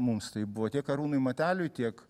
mums tai buvo tiek arūnui mateliui tiek